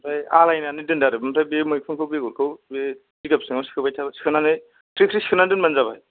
ओमफ्राय आलायनानै दोन्दो आरो ओमफ्राय बे मैखुनखौ बेगरखौ बे जिगाब सिङाव सोबाय थाबा सोनानै ख्रि ख्रि सोनानै दोनबानो जाबाय